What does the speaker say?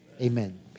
amen